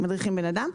מדריכים בן אדם.